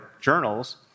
journals